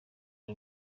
uri